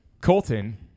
Colton